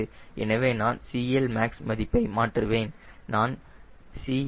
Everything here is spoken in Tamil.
எனவே நான் CLmax மதிப்பை மாற்றுவேன்